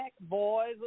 boys